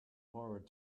forward